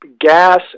gas